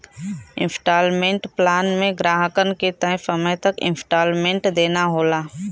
instalment plan में ग्राहकन के तय समय तक इन्सटॉलमेंट देना होला